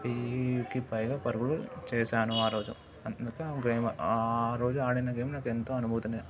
వేయికి పైగా పరుగులు చేసాను ఆ రోజు అందుకే ఆ గేమ్ ఆ రోజు ఆడిన గేమ్ నాకెంతో అనుభూతిని